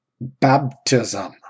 baptism